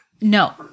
No